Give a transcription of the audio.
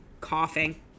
coughing